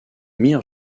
mirent